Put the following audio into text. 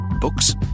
Books